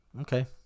Okay